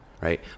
Right